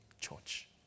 church